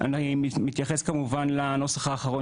איך אני מוצא לך מלא פרצות.